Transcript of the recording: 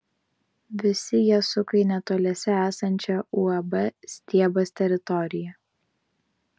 visi jie suka į netoliese esančią uab stiebas teritoriją